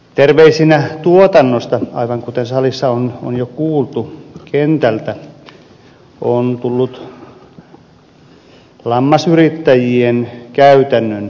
terveisinä tuotannosta kentältä aivan kuten salissa on jo kuultu on tullut lammasyrittäjien käytännön huoli